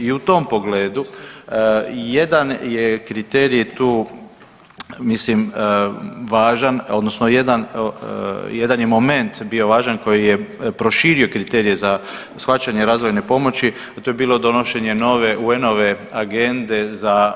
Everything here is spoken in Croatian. I u tom pogledu jedan je kriterij tu mislim važan odnosno jedan je moment bio važan koji je proširio kriterije za shvaćanje razvojne pomoći, a to je bilo donošenje nove UN-ove agende za